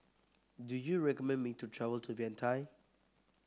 do you recommend me to travel to Vientiane